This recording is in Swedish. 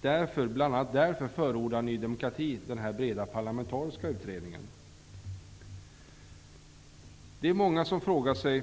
Bl.a. därför förordar Ny demokrati den här breda parlamentariska utredningen. Det är många som i dag frågar sig